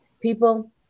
People